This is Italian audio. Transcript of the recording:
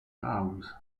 house